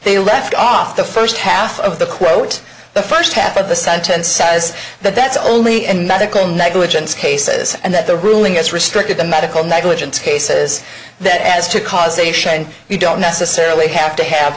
they left off the first half of the quote the first half of the sentence says that that's only in medical negligence cases and that the ruling is restricted to medical negligence cases that as to cause a show and you don't necessarily have to have